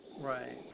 Right